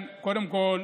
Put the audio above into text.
קודם כול,